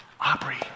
Aubrey